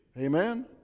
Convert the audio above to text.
Amen